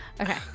Okay